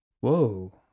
Whoa